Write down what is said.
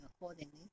accordingly